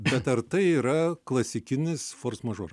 bet ar tai yra klasikinis fors mažor